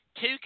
two